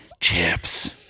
Chips